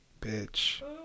Bitch